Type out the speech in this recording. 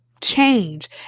change